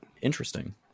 interesting